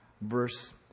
verse